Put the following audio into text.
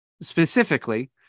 specifically